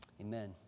Amen